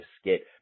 skit